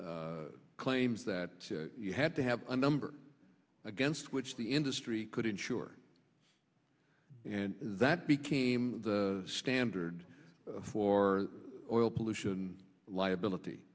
claims that you had to have a number against which the industry could insure and that became the standard for oil pollution liability